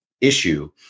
issue